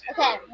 Okay